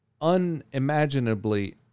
unimaginably